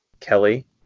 Kelly